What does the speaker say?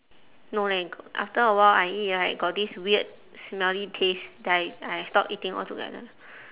no leh after a while I eat right got this weird smelly taste then I I stop eating altogether